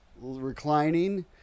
reclining